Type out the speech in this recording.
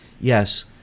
yes